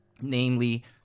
namely